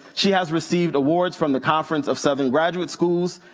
she has received awards from the conference of southern graduate schools,